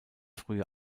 frühe